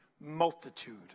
multitude